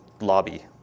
lobby